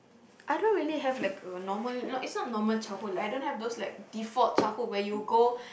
I don't really have like a normal it's not normal childhood lah I don't have those like default childhood where you go